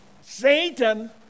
Satan